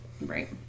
Right